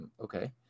Okay